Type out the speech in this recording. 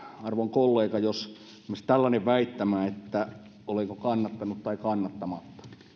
arvon kollega jos esimerkiksi tällainen väittämä että olenko kannattanut tai ollut kannattamatta